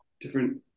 different